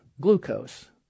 glucose